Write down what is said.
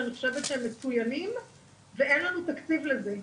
שאני חושבת שהם מצוינים אבל אין לנו תקציב לזה,